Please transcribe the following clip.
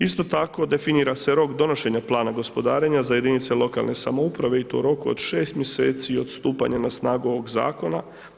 Isto tako, definira se rok donošenja Plana gospodarenja za jedinice lokalne samouprave i to u roku šest mjeseci od stupanja na snagu ovog Zakona.